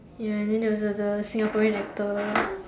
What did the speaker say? ya and then there was the the Singaporean actor